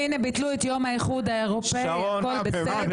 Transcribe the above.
הינה, ביטלו את יום האיחוד האירופי, הכול בסדר.